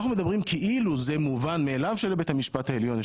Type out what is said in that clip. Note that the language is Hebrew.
אנחנו מדברים כאילו זה מובן מאליו שלבית המשפט העליון יש